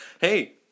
Hey